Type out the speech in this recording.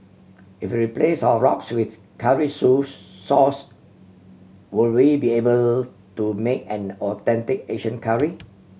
if we replace our roux with curry so sauce will we be able to make an authentic Asian curry